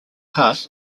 pass